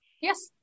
Yes